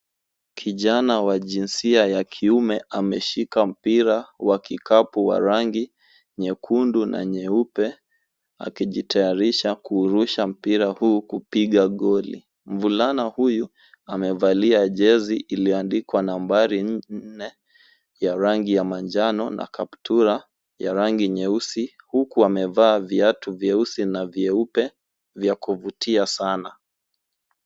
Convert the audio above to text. Kijana wa jinsia ya kiume ameshika mpira wa kikapu wa rangi nyekundu na nyeupe akijitayarisha kuurusha mpira huu kupiga goli. Mvulana huyu amevalia jezi iliyoandikwa nambari nne ya rangi ya manjano na kaptura ya rangi nyeusi huku amevaa viatu vyeusi na vyeupe vya kuvutia sana.